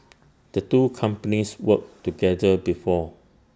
the two companies worked together before